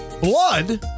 Blood